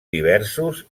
diversos